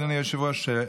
אדוני היושב-ראש,